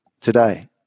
today